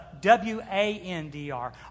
W-A-N-D-R